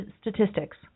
statistics